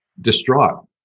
distraught